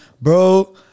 Bro